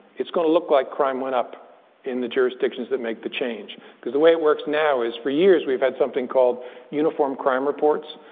it's going to look like crime went up in the jurisdictions that make the change because the way it works now is, for years, we've had something called uniform crime reports,